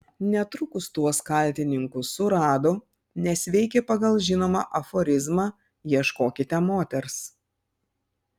netrukus tuos kaltininkus surado nes veikė pagal žinomą aforizmą ieškokite moters